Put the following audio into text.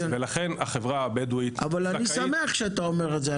אבל אני שמח שאתה אומר את זה,